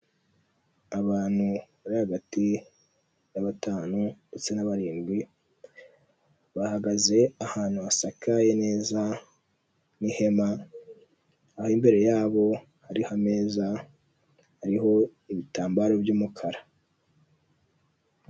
Abantu bari hagati ya batanu ndetse na barindwi, bahagaze ahantu hasakaye neza n'ihema, aho imbere y'abo hariho ameza ariho ibitambaro by'umukara.